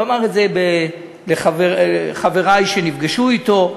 הוא אמר את זה לחברי שנפגשו אתו,